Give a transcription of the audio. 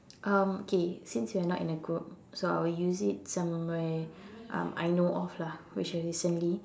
um okay since we are not in the group so I will use it somewhere um I know of lah which is recently